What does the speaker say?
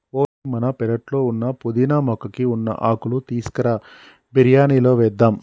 ఓయ్ మన పెరట్లో ఉన్న పుదీనా మొక్కకి ఉన్న ఆకులు తీసుకురా బిరియానిలో వేద్దాం